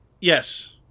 Yes